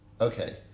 Okay